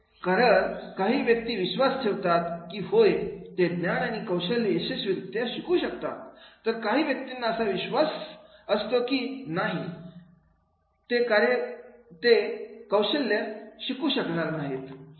का काही व्यक्ती विश्वास ठेवतात की होय ते ज्ञान आणि कौशल्य यशस्वीरीत्या शिकू शकतात तर काही व्यक्तींना असा विश्वास असतो की नाही ही ते आणि कौशल्य शिकू शकणार नाहीत